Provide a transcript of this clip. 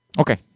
okay